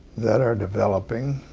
that are developing,